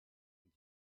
und